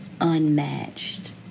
unmatched